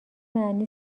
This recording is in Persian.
معنی